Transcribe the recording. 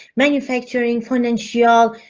manufacturing, financial,